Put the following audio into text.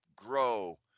grow